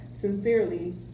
sincerely